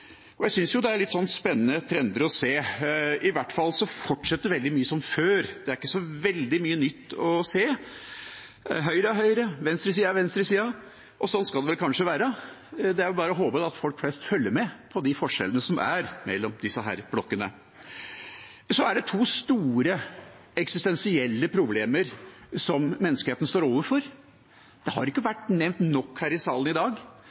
Og jeg synes jo det er noen spennende trender å se. I hvert fall fortsetter veldig mye som før, det er ikke så veldig mye nytt å se: Høyre er høyre og venstresida er venstresida, og sånn skal det vel kanskje være. Det er bare å håpe at folk flest følger med på de forskjellene som er mellom disse blokkene. Det er to store eksistensielle problemer som menneskeheten står overfor, det har ikke vært nevnt nok i denne salen i dag.